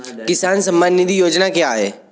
किसान सम्मान निधि योजना क्या है?